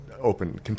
open